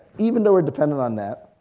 even though we're dependent on that,